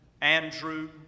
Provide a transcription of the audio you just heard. Andrew